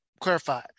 clarify